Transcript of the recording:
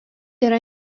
yra